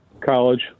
college